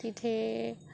तिथे